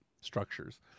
structures